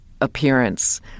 appearance